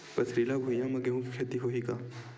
पथरिला भुइयां म गेहूं के खेती होही का?